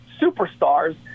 superstars